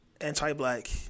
anti-black